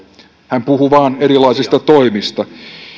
hän puhui vain erilaisista toimista